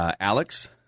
Alex